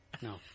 No